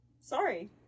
Sorry